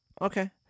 Okay